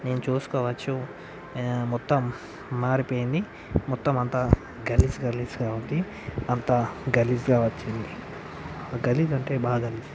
నేను చూసుకోవచ్చు మొత్తం మారిపోయింది మొత్తం అంత గలిజు గలిజుగా ఉంది అంత గలిజుగా వచ్చింది గలిజు అంటే బాధలు